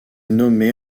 nommée